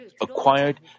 acquired